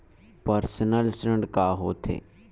Personal ऋण का होथे?